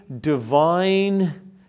divine